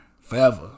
Forever